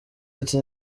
ati